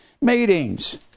meetings